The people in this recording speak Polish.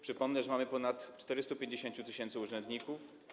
Przypomnę, że mamy ponad 450 tys. urzędników.